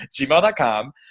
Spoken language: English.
gmail.com